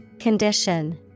Condition